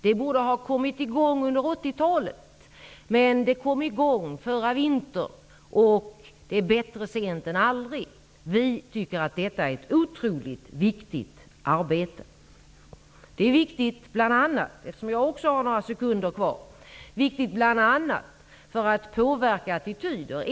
Det borde ha kommit i gång under 80-talet, men det kom i gång förra vintern. Och det är bättre sent än aldrig. Vi tycker att detta är ett otroligt viktigt arbete. Det är viktigt bl.a. för att påverka attityder.